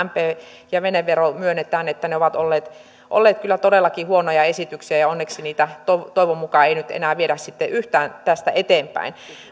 mp ja venevero ovat olleet olleet kyllä todellakin huonoja esityksiä ja ja onneksi niitä toivon mukaan ei nyt enää viedä sitten yhtään tästä eteenpäin